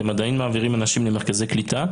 אתם עדיין מעבירים אנשים למרכזי קליטה?